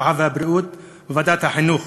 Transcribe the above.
הרווחה והבריאות ובוועדת החינוך.